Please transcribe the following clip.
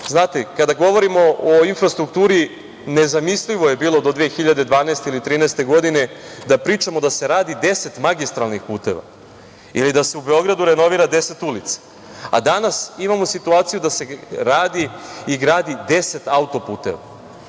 tome. Znate, kada govorimo o infrastrukturi, nezamislivo je bilo do 2012. ili 2013. godine da pričamo da se radi 10 magistralnih puteva ili da se u Beogradu renovira 10 ulica, a danas imamo situaciju da se radi i gradi 10 auto-puteva,